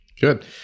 Good